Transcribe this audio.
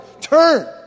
Turn